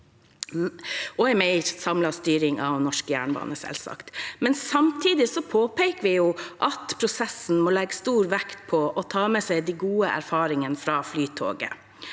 en mer samlet styring av norsk jernbane, selvsagt. Samtidig påpeker vi at prosessen må legge stor vekt på å ta med seg de gode erfaringene fra Flytoget.